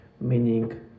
meaning